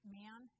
man